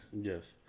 Yes